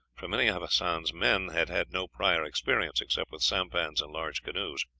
for many of hassan's men had had no prior experience except with sampans and large canoes.